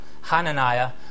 Hananiah